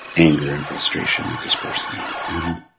anger and frustration at this person. and